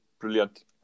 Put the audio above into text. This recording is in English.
Brilliant